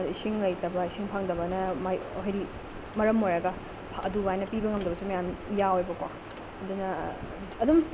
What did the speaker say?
ꯑꯗ ꯏꯁꯤꯡ ꯂꯩꯇꯕ ꯏꯁꯤꯡ ꯐꯪꯗꯕꯅ ꯃꯥꯏ ꯍꯥꯏꯗꯤ ꯃꯔꯝ ꯑꯣꯏꯔꯒ ꯑꯗꯨꯃꯥꯏꯅ ꯄꯤꯕ ꯉꯝꯗꯕꯁꯨ ꯃꯌꯥꯝ ꯌꯥꯎꯋꯦꯕꯀꯣ ꯑꯗꯨꯅ ꯑꯗꯨꯝ